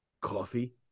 Coffee